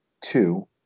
Two